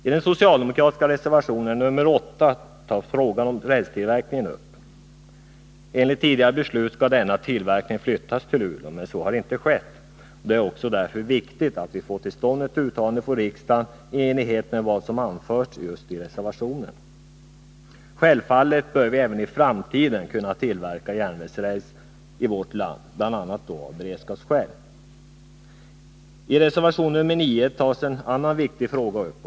I den socialdemokratiska reservationen nr 8 tas frågan om rälstillverkningen upp. Enligt tidigare beslut skulle denna tillverkning flyttas till Luleå, men så har inte skett. Det är därför viktigt att vi får till stånd ett uttalande från riksdagen i enlighet med vad som anförs i s-reservationen 8. Självfallet bör vi även i framtiden tillverka järnvägsräls i vårt land, bl.a. av beredskapsskäl. I reservationen nr 9 tas en annan viktig fråga upp.